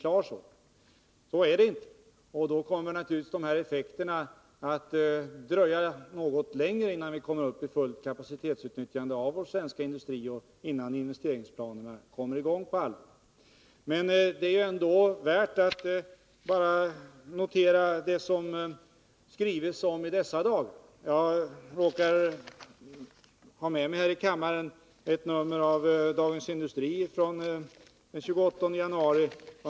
Men så är det inte, och då kommer det naturligtvis att dröja något längre, innan de här effekterna kommer, innan vi får ett fullt kapacitetsutnyttjande i vår svenska industri och innan investeringsplanerna kommer i gång på allvar. Men det är ändå värt att bara notera vad man har skrivit om i dessa dagar. Jag råkar här ha med mig ett nummer av Dagens Industri från den 28 januari 1982.